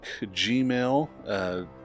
Gmail